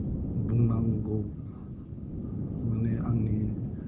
बुंनांगौ माने आंनि